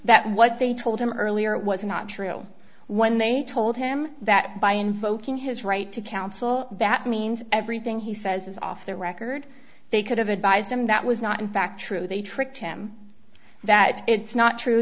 that what they told him earlier was not true when they told him that by invoking his right to counsel that means everything he says is off the record they could have advised him that was not in fact true they tricked him that it's not true